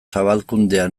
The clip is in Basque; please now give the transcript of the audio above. zabalkundea